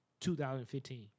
2015